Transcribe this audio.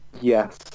Yes